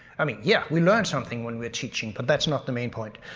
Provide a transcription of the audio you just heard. i mean, yeah, we learn something when we're teaching, but that's not the main point.